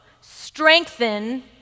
strengthen